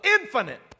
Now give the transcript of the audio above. infinite